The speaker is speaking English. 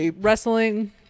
wrestling